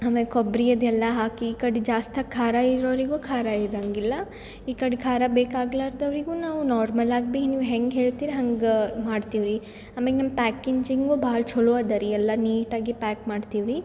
ಆಮ್ಯಾಗೆ ಕೊಬ್ಬರಿ ಅದೆಲ್ಲ ಹಾಕಿ ಈ ಕಡೆ ಜಾಸ್ತಿ ಖಾರ ಇರೋರಿಗೂ ಖಾರ ಇರಂಗಿಲ್ಲ ಈ ಕಡೆ ಖಾರ ಬೇಕಾಗಲಾರ್ದವ್ರಿಗೂ ನಾವು ನಾರ್ಮಲಾಗಿ ಭಿ ನೀವು ಹೆಂಗೆ ಹೇಳ್ತೀರ ಹಂಗೆ ಮಾಡ್ತೀವ್ರಿ ಆಮ್ಯಾಗೆ ನಮ್ಮ ಪ್ಯಾಕಿಂಚಿಂಗ್ ಭಾಳ ಛಲೋ ಅದ ರೀ ಎಲ್ಲ ನೀಟಾಗಿ ಪ್ಯಾಕ್ ಮಾಡ್ತೀವಿ